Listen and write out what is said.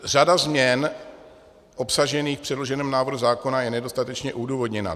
Řada změn obsažených v předloženém návrhu zákona je nedostatečně odůvodněná.